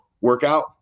workout